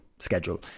schedule